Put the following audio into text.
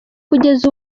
kugeza